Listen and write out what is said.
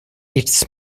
its